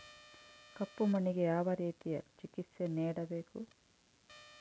ಕಪ್ಪು ಮಣ್ಣಿಗೆ ಯಾವ ರೇತಿಯ ಚಿಕಿತ್ಸೆ ನೇಡಬೇಕು?